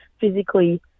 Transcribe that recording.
physically